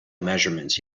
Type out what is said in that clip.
measurements